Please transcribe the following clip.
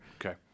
Okay